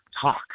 talk